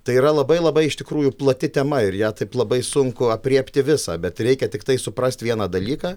tai yra labai labai iš tikrųjų plati tema ir ją taip labai sunku aprėpti visą bet reikia tiktai suprast vieną dalyką